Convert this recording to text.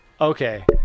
Okay